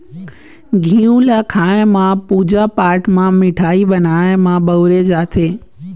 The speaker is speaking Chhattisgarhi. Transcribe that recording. घींव ल खाए म, पूजा पाठ म, मिठाई बनाए म बउरे जाथे